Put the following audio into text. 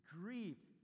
grieved